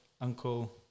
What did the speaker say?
Uncle